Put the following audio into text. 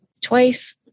Twice